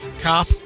cop